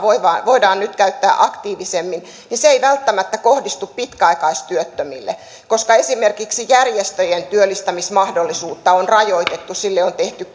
voidaan nyt käyttää aktiivisemmin niin se ei välttämättä kohdistu pitkäaikaistyöttömille koska esimerkiksi järjestöjen työllistämismahdollisuutta on rajoitettu sille on tehty